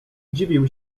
dziwił